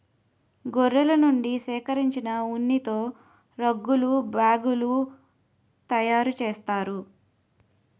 గొర్రెల నుండి సేకరించిన ఉన్నితో రగ్గులు బ్యాగులు తయారు చేస్తారు